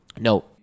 No